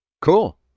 Cool